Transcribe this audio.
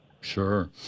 sure